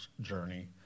journey